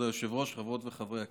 היושב-ראש, חברות וחברי הכנסת,